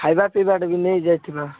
ଖାଇବା ପିଇବାଟା ବି ନେଇ ଯାଇଥିବା